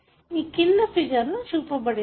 ఈ కింద ఫిగర్ లో చూపబడింది